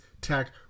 Tech